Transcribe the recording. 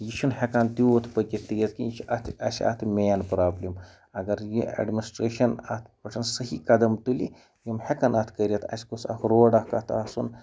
یہِ چھُنہٕ ہٮ۪کان تیوٗت پٔکِتھ تیز کِہیٖنۍ یہِ چھُ اَتھ اَسہِ اَتھ مین پرٛابلِم اگر یہِ اٮ۪ڈمِنسٹرٛیشَن اَتھ پٮ۪ٹھ صحیح قدم تُلہِ یِم ہٮ۪کَن اَتھ کٔرِتھ اَسہِ گوٚژھ اَکھ روڈ اَکھ اَتھ آسُن